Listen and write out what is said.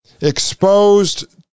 exposed